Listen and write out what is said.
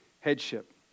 headship